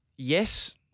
Yes